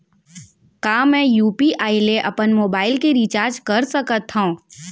का मैं यू.पी.आई ले अपन मोबाइल के रिचार्ज कर सकथव?